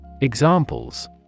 Examples